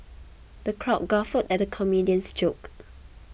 the crowd guffawed at the comedian's jokes